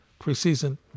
Preseason